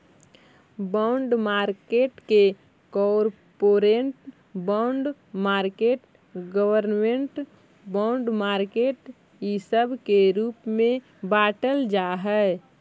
bond market के corporate bond market government bond market इ सब के रूप में बाटल जा हई